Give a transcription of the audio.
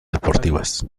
deportivas